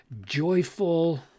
joyful